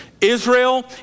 Israel